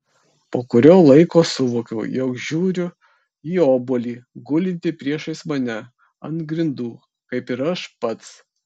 po kurio laiko suvokiau jog žiūriu į obuolį gulintį priešais mane ant grindų kaip ir aš pats